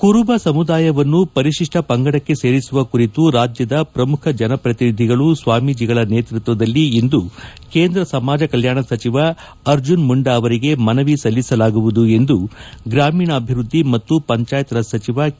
ಕುರುಬ ಸಮುದಾಯವನ್ನು ಪರಿಶಿಷ್ಟ ಪಂಗಡಕ್ಕೆ ಸೇರಿಸುವ ಕುರಿತು ರಾಜ್ಯದ ಪ್ರಮುಖ ಜನಪ್ರತಿನಿಧಿಗಳು ಸ್ವಾಮೀಜಿಗಳ ನೇತೃತ್ವದಲ್ಲಿಂದು ಕೇಂದ್ರ ಸಮಾಜ ಕಲ್ಮಾಣ ಸಚಿವ ಅರ್ಜುನ ಮುಂಡಾ ಅವರಿಗೆ ಮನವಿ ಸಲ್ಲಿಸಲಾಗುವುದು ಎಂದು ಗ್ರಾಮೀಣಾಭಿವೃದ್ದಿ ಮತ್ತು ಪಂಚಯತ್ ರಾಜ್ ಸಚಿವ ಕೆ